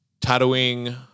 tattooing